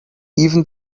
even